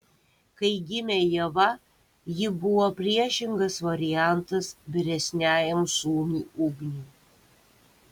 kai gimė ieva ji buvo priešingas variantas vyresniajam sūnui ugniui